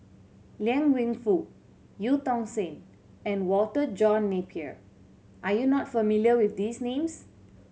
Liang Wenfu Eu Tong Sen and Walter John Napier are you not familiar with these names